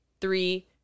three